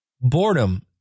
Boredom